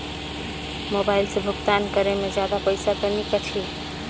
Mobile से भुगतान करे मे जादा पईसा तो नि कटही?